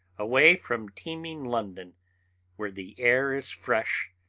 away from teeming london where the air is fresh,